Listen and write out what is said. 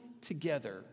together